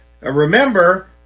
remember